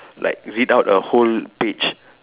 like read out a whole page